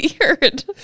weird